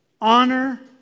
honor